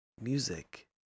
Music